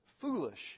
foolish